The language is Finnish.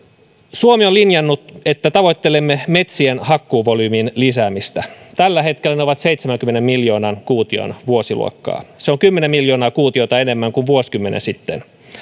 suomi on linjannut että tavoittelemme metsienhakkuuvolyymin lisäämistä tällä hetkellä se on seitsemänkymmenen miljoonan kuution vuosiluokkaa se on kymmenen miljoonaa kuutiota enemmän kuin vuosikymmen sitten